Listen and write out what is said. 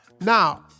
Now